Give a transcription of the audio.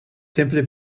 simply